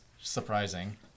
surprising